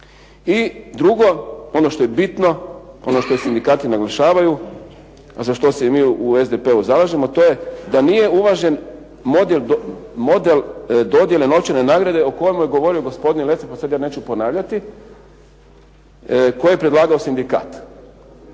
I drugo, ono što je bitno, ono što i sindikati naglašavaju, a za što se i mi u SDP-u zalažemo to je da nije uvažen model dodjele novčane nagrade o kojemu je govorio gospodin Lesar pa sad ja neću ponavljati koje je predlagao sindikat.